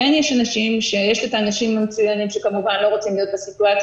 כן יש אנשים שכמובן לא רוצים להיות בסיטואציה